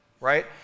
right